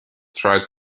tried